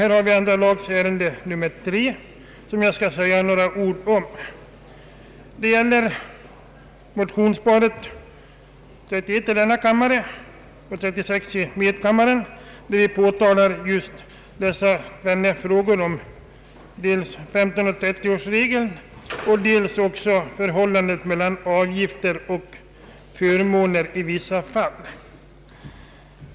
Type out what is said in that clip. Detta andra lagutskottets utlåtande nr 3, grundat på motionsparet I: 31 och II: 36, berör tvenne frågor, dels femtonoch trettioårsreglerna, dels förhållandet mellan avgifter och förmåner i vissa fall.